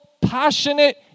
passionate